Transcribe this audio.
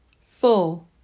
full